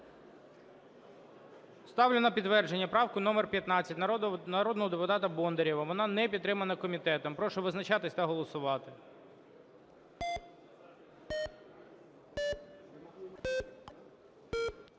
Ставлю на підтвердження правку номер 15 народного депутата Бондарєва. Вона не підтримана комітетом. Прошу визначатися та голосувати.